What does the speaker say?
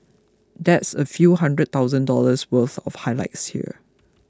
that's a few hundred thousand dollars worth of highlights here